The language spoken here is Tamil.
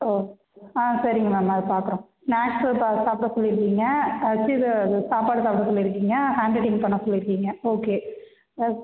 ஓ ஆ சரிங்க மேம் நான் அதை பார்க்குறேன் ஸ்நாக்ஸு இப்போ சாப்பிட சொல்லிருக்கீங்க கீரை இது சாப்பாடு சாப்பிட சொல்லிருக்கீங்க ஹாண்ட் ரைட்டிங் பண்ண சொல்லிருக்கீங்க ஓகே